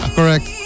Correct